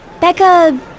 Becca